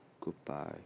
goodbye